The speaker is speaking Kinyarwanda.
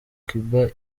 cuba